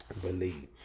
believe